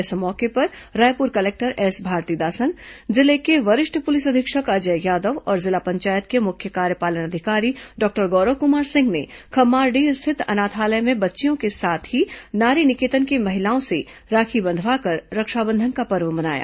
इस मौके पर रायपुर कलेक्टर एस भारतीदासन जिले के वरिष्ठ पुलिस अधीक्षक अजय यादव और जिला पंचायत के मुख्य कार्यपालन अधिकारी डॉक्टर गौरव कुमार सिंह ने खम्हारडीह स्थित अनाथालय में बच्चियों के साथ ही नारी निकेतन की महिलाओं से राखी बंधवाकर रक्षाबंधन का पर्व मनाया